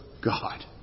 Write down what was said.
God